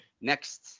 next